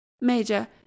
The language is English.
Major